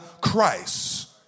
christ